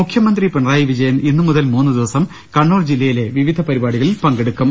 മുഖ്യമന്ത്രി പിണറായി വിജയൻ ഇന്ന് മുതൽ മൂന്ന് ദിവസം കണ്ണൂർ ജില്ലയി ലെ വിവിധ പരിപാടികളിൽ പങ്കെടുക്കും